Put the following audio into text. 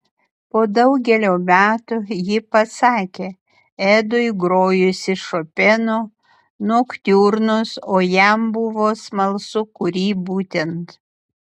po daugelio metų ji pasakė edui grojusi šopeno noktiurnus o jam buvo smalsu kurį būtent